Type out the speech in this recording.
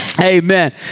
amen